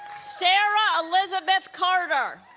sarah elizabeth carter